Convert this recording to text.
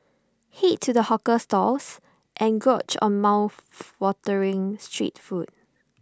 Head to the hawker stalls and gorge on mouthwatering street food